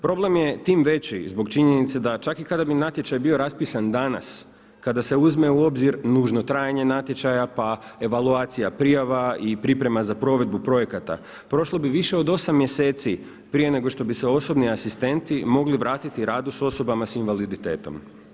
Problem je tim većim zbog činjenice da čak i kada bi natječaj bio raspisan danas, kada se uzme u obzir nužno trajanje natječaja, pa evaluacija prijava i priprema za provedbu projekata prošlo bi više od 8 mjeseci prije nego što bi se osobni asistenti mogli vratiti radu s osobama s invaliditetom.